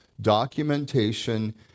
documentation